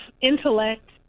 intellect